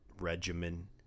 regimen